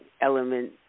element